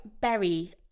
berry